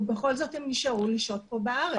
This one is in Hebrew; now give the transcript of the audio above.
ובכל זאת הם נשארו לשהות פה בארץ.